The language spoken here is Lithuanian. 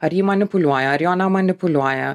ar jį manipuliuoja ar jo nemanipuliuoja